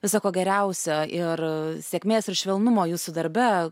visa ko geriausio ir sėkmės ir švelnumo jūsų darbe